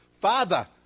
Father